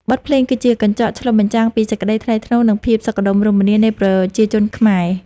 បទភ្លេងគឺជាកញ្ចក់ឆ្លុះបញ្ចាំងពីសេចក្ដីថ្លៃថ្នូរ និងភាពសុខដុមរមនានៃប្រជាជាតិខ្មែរ។